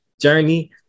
journey